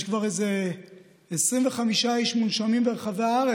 יש כבר איזה 25 איש מונשמים ברחבי הארץ?